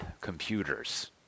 computers